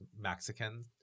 Mexican